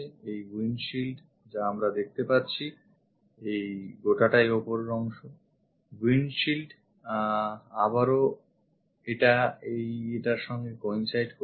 এটা windshield যা আমরা পেতে যাচ্ছি এই গোটাটাই ওপরের অংশ windshield আবারও এটা এই এটার সঙ্গে coincide করছে